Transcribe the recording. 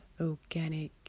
organic